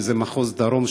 שזה מחוז דרום,